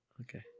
Okay